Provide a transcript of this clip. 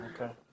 okay